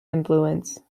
influence